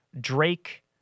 Drake